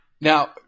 Now